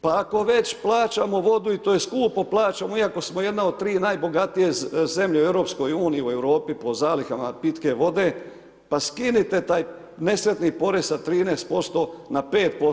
Pa ako već plaćamo vodu i to ju skupo plaćamo, iako smo jedna od 3 najbogatije zemlje u EU, u Europi po zalihama pitke vode, pa skinete taj nesretni porez sa 13% na 5%